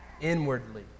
inwardly